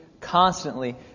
constantly